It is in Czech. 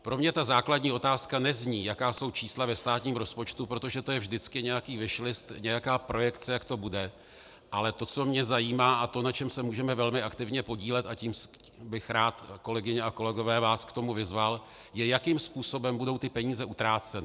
Pro mě základní otázka nezní, jaká jsou čísla ve státním rozpočtu, protože vždycky je nějaký wishlist, nějaká projekce, jak to bude, ale to, co mě zajímá, a to, na čem se můžeme velmi aktivně podílet, a tím bych rád, kolegyně a kolegové, vás k tomu vyzval, je, jakým způsobem budou peníze utráceny.